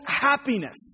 happiness